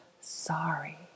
sorry